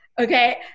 Okay